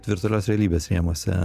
virtualios realybės rėmuose